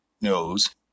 knows